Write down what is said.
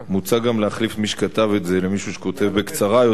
מוצע גם להחליף את מי שכתב את זה למישהו שכותב בקצרה יותר.